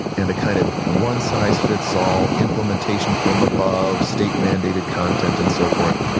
and a kind of one-size-fits-all implementation from above, state-mandated content and so forth,